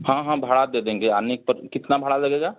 हाँ हाँ भाड़ा दे देंगे आने पर कितना भाड़ा लगेगा